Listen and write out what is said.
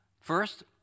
First